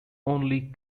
only